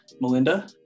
Melinda